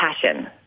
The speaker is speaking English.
passion